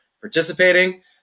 participating